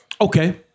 okay